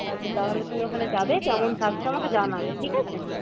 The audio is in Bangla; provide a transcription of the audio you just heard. আচ্ছা তাহলে তুমি ওখানে যাবে কেমন থাকছো আমাকে জানাবে ঠিক আছে